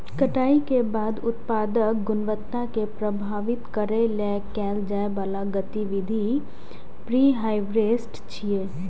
कटाइ के बाद उत्पादक गुणवत्ता कें प्रभावित करै लेल कैल जाइ बला गतिविधि प्रीहार्वेस्ट छियै